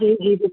जी जी जी